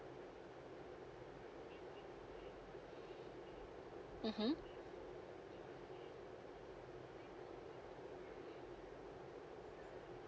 mmhmm